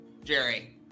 Jerry